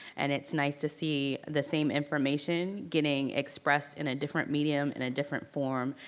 and it's nice to see the same information getting expressed in a different medium, in a different form,